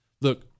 Look